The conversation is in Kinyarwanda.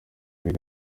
biga